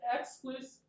exclusive